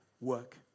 work